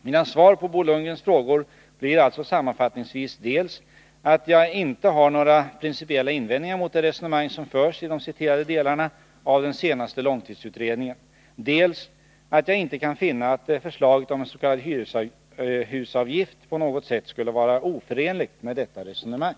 Mina svar på Bo Lundgrens frågor blir alltså sammanfattningsvis dels att jaginte har några principiella invändningar mot det resonemang som förs i de citerade delarna av den senaste långtidsutredningen, dels att jag inte kan finna att förslaget om 'en s.k. hyreshusavgift på något sätt skulle vara oförenligt med detta resonemang.